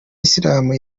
isilamu